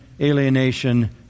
alienation